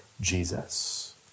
Jesus